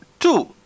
Two